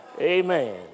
Amen